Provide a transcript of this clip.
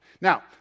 Now